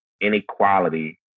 inequality